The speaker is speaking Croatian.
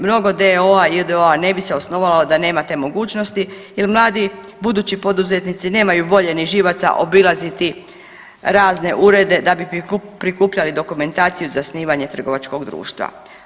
Mnogo d.o.o.-a i j.d.o.-a ne bi se osnovalo da nema te mogućnosti, jer mladi budući poduzetnici nemaju volje ni živaca obilaziti razne urede da bi prikupljali dokumentaciju i zasnivanje trgovačkog društva.